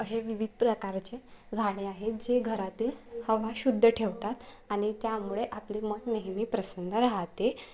असे विविध प्रकारचे झाडे आहेत जे घरातील हवा शुद्ध ठेवतात आणि त्यामुळे आपले मन नेहमी प्रसन्न राहते